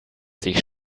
sich